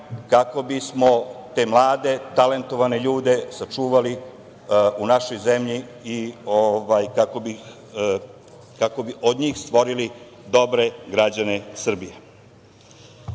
kako bismo te mlade, talentovane ljude sačuvali u našoj zemlji i kako bi od njih stvorili dobre građane Srbije. Što